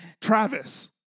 Travis